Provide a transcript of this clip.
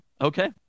Okay